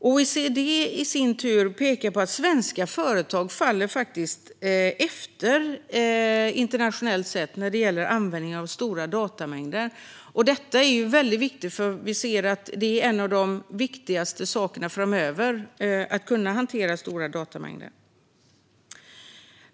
OECD konstaterar att svenska företag halkar efter internationellt vad gäller användning av stora datamängder, och att kunna hantera stora datamängder kommer att vara oerhört viktigt framöver.